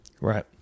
Right